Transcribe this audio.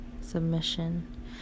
submission